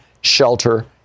shelter